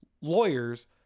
lawyers